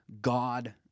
God